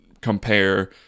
compare